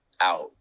Out